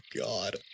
God